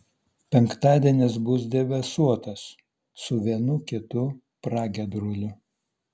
penktadienis bus debesuotas su vienu kitu pragiedruliu